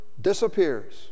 disappears